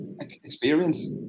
experience